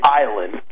island